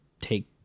take